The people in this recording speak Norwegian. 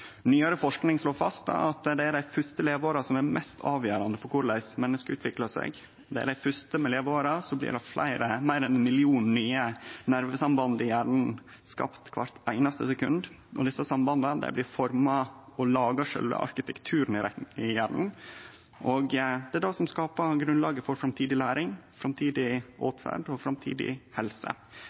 Nyare forsking slår fast at det er dei fyrste leveåra som er mest avgjerande for korleis menneske utviklar seg. I dei fyrste leveåra blir meir enn ein million nye nervesamband i hjernen skapt kvart einaste sekund. Desse sambanda blir forma og lagar sjølve arkitekturen i hjernen, og det er det som skapar grunnlaget for framtidig læring, framtidig åtferd og framtidig helse.